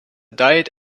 diet